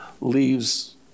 leaves